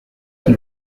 qui